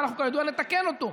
ואנחנו כידוע נתקן אותו,